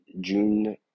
June